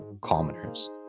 commoners